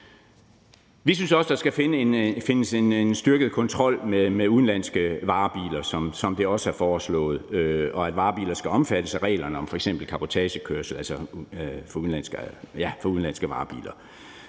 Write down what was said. Vi synes også, at der skal findes en styrket kontrol med udenlandske varebiler, som det også er foreslået, og at udenlandske varebiler skal omfattes af reglerne om f.eks. cabotagekørsel. Og der er